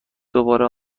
دوباره